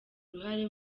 uruhare